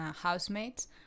housemates